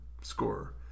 scorer